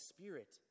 Spirit